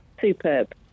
superb